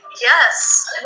Yes